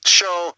show